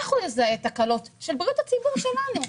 איך הוא יזהה תקלות של בריאות הציבור, שלנו?